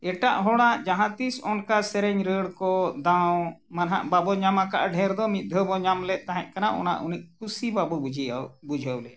ᱮᱴᱟᱜ ᱦᱚᱲᱟᱜ ᱡᱟᱦᱟᱸ ᱛᱤᱥ ᱚᱱᱠᱟ ᱥᱮᱨᱮᱧ ᱨᱟᱹᱲ ᱠᱚ ᱫᱟᱣ ᱢᱟ ᱱᱟᱜ ᱵᱟᱵᱚᱱ ᱧᱟᱢ ᱟᱠᱟᱫ ᱰᱷᱮᱨ ᱫᱚ ᱢᱤᱫ ᱫᱷᱟᱣ ᱵᱚᱱ ᱧᱟᱢ ᱞᱮᱫ ᱛᱟᱦᱮᱸ ᱠᱟᱱᱟ ᱚᱱᱟ ᱩᱱᱤ ᱠᱩᱥᱤ ᱵᱟᱵᱚᱱ ᱵᱩᱡᱮᱜᱼᱟ ᱵᱩᱡᱷᱟᱹᱣ ᱞᱮᱜᱼᱟ